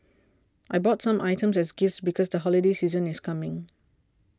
I bought some items as gifts because the holiday season is coming